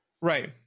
Right